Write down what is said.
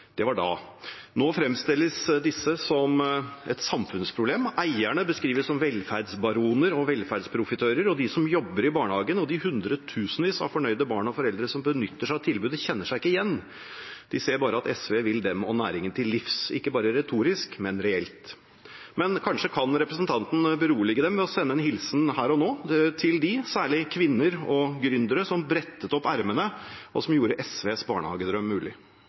Det var da. Nå fremstilles disse som et samfunnsproblem. Eierne beskrives som «velferdsbaroner» og «velferdsprofitører», og de som jobber i barnehagen, og de hundretusener av fornøyde barn og foreldre som benytter seg av tilbudet, kjenner seg ikke igjen. De ser bare at SV vil dem og næringen til livs, ikke bare retorisk, men reelt. Kanskje kan representanten berolige dem ved å sende dem en hilsen her og nå – særlig til kvinner og gründere som brettet opp ermene og gjorde SVs barnehagedrøm mulig.